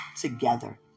Together